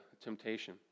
temptation